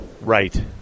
Right